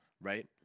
right